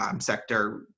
sector